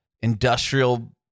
industrial